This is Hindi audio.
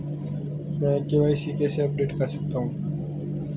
मैं के.वाई.सी कैसे अपडेट कर सकता हूं?